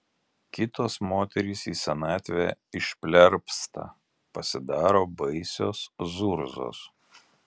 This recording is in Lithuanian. kitos moterys į senatvę išplerpsta pasidaro baisios zurzos